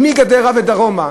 ומגדרה ודרומה: